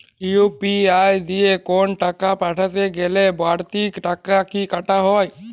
UPI দিয়ে কোন টাকা পাঠাতে গেলে কোন বারতি টাকা কি কাটা হয়?